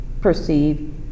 perceive